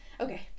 Okay